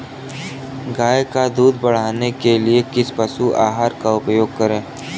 गाय का दूध बढ़ाने के लिए किस पशु आहार का उपयोग करें?